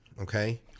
okay